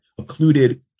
occluded